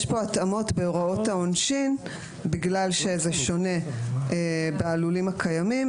יש כאן התאמות בהוראות העונשין בגלל שזה שונה בלולים הקיימים.